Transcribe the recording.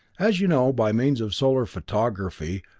as you know, by means of solar photography,